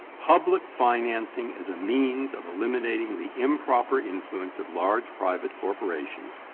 public financing is a means of eliminating the improper influence of large private corporations,